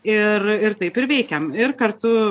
ir ir taip ir veikiam ir kartu